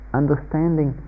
understanding